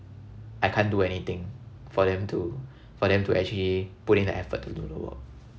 I can't do anything for them to for them to actually put in the effort to do the work